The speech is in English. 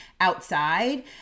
outside